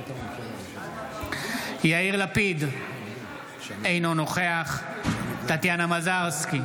יאיר לפיד, אינו נוכח טטיאנה מזרסקי,